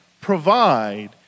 provide